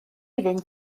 iddynt